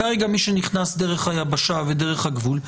כרגע מי שנכנס דרך היבשה ודרך הגבול,